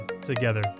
together